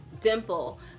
Dimple